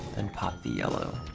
and put the yeah